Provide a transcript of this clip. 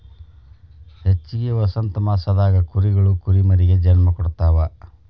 ಹೆಚ್ಚಾಗಿ ವಸಂತಮಾಸದಾಗ ಕುರಿಗಳು ಕುರಿಮರಿಗೆ ಜನ್ಮ ಕೊಡ್ತಾವ